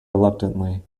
reluctantly